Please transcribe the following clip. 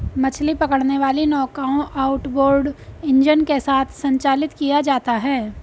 मछली पकड़ने वाली नौकाओं आउटबोर्ड इंजन के साथ संचालित किया जाता है